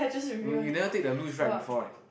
oh you never take the luge ride before right